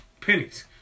pennies